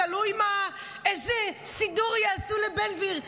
תלוי איזה סידור יעשו לבן גביר.